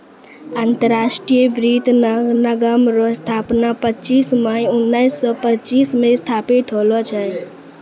अंतरराष्ट्रीय वित्त निगम रो स्थापना पच्चीस मई उनैस सो पच्चीस मे स्थापित होल छै